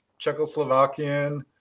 Czechoslovakian